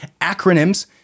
acronyms